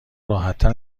راحتتر